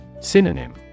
Synonym